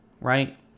right